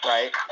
Right